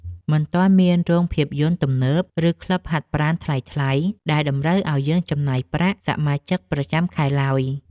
មិនទាន់មានរោងភាពយន្តទំនើប ឬក្លឹបហាត់ប្រាណថ្លៃៗដែលតម្រូវឱ្យយើងចំណាយប្រាក់សមាជិកប្រចាំខែឡើយ។